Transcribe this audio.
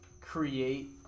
create